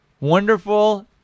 wonderful